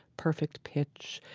perfect pitch,